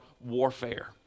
warfare